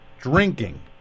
Drinking